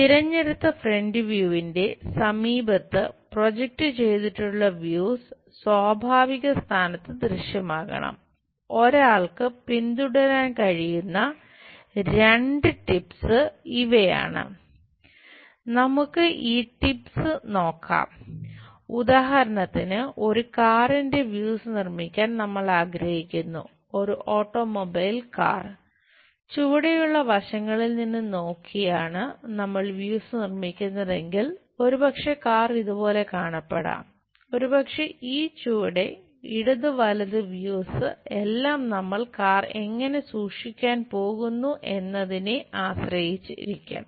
തിരഞ്ഞെടുത്ത ഫ്രന്റ് വ്യൂവിന്റെ ഇവയാണ് നമുക്ക് ഈ ടിപ്സ് എല്ലാം നമ്മൾ കാർ എങ്ങനെ സൂക്ഷിക്കാൻ പോകുന്നു എന്നതിനെ ആശ്രയിച്ചിരിക്കും